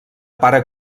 pare